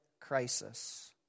crisis